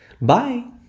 Bye